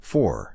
Four